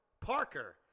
Parker